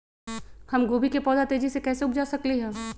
हम गोभी के पौधा तेजी से कैसे उपजा सकली ह?